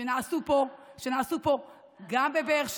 שנעשו פה גם בבאר שבע,